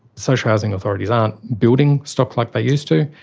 social housing authorities aren't building stock like they used to,